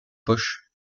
poche